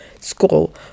school